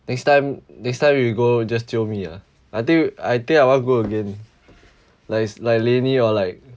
next time next time you go just jio me ah I think I think I want go again like it's like lenny or like